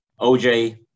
OJ